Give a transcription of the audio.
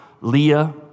Leah